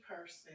person